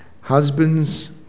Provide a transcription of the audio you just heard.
Husbands